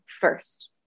first